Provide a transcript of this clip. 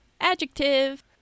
adjective